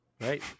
right